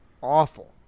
awful